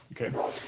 Okay